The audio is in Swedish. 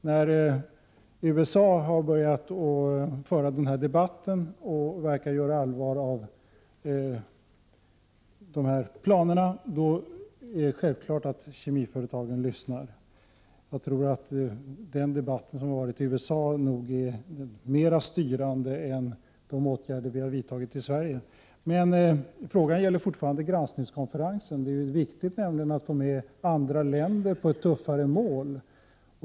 När USA har börjat föra denna debatt och verkar göra allvar av sina planer, då är det självklart att kemiföretagen lyssnar. Den debatt som har förts i USA har nog varit mer styrande än de åtgärder som vi i Sverige har vidtagit. Frågan om granskningskonferensen är fortfarande aktuell. Det är viktigt att få med andra länder på tuffare mål.